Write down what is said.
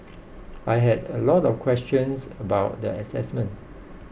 I had a lot of questions about the assessment